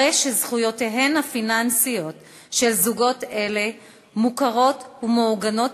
הרי שזכויותיהם הפיננסיות של זוגות אלה מוכרות ומעוגנות